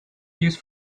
use